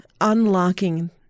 unlocking